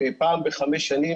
פעם אחרונה,